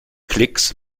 klicks